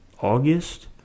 August